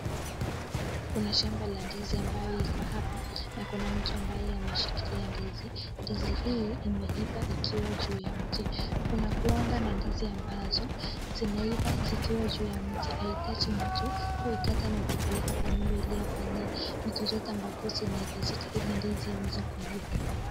Kuna shamba la ndizi ambayo iko hapa na kuna mtu ambaye ameshikilia ndizi. Ndizi hii imeiva ikiwa juu ya mti. Kunakuanga na ndizi ambazo zinaiva zikiwa juu ya mti haihitaji mtu kuikata na kupeleka kwa nyumba ili afanye vitu zote ambavyo zinahitajika ili ndizi iweze kuiva.